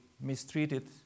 mistreated